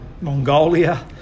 Mongolia